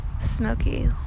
smoky